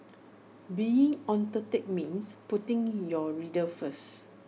being authentic means putting your readers first